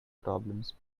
problems